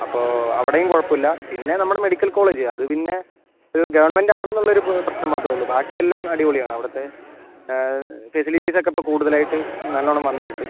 അപ്പോൾ അവിടെയും കുഴപ്പം ഇല്ല പിന്നെ നമ്മുടെ മെഡിക്കൽ കോളേജ് അത് പിന്നെ ഗവൺമെന്റ് ആണെന്നുള്ളൊരു പ്രശ്നം മാത്രമേ ഉള്ളൂ ബാക്കി എല്ലാം അടിപൊളി ആണ് അവിടുത്തെ ഫെസിലിറ്റീസ് ഒക്കെ ഇപ്പം കൂടുതൽ ആയിട്ട് നല്ലവണ്ണം വന്നിട്ടുണ്ട്